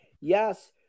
yes